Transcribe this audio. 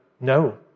no